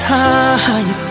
time